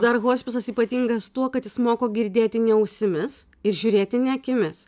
dar hospisas ypatingas tuo kad jis moko girdėti ne ausimis ir žiūrėti ne akimis